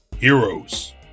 Heroes